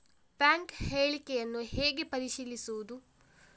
Bank ಹೇಳಿಕೆಯನ್ನು ಹೇಗೆ ಪರಿಶೀಲಿಸುವುದು?